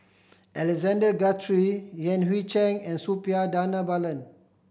Alexander Guthrie Yan Hui Chang and Suppiah Dhanabalan